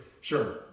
sure